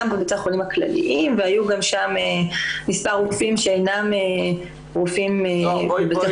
בבתי החולים הכלליים והיו גם שם מספר רופאים שאינם רופאים בבתי